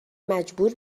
مجبور